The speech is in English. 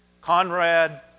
Conrad